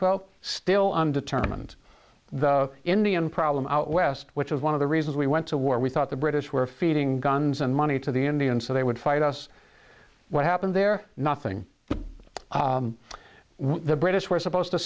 twelve still undetermined the indian problem out west which is one of the reasons we went to war we thought the british were feeding guns and money to the indians so they would fight us what happened there nothing when the british were supposed to